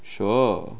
sure